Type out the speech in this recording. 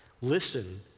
Listen